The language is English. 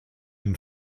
been